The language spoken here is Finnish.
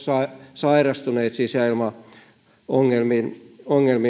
sairastuneet sisäilmaongelmien